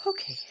Okay